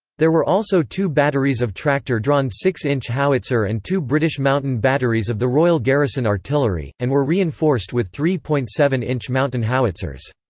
there were also two batteries of tractor drawn six inch howitzer and two british mountain batteries of the royal garrison artillery, and were reinforced with three point seven inch mountain howitzers.